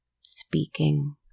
speaking